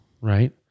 right